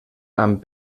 amb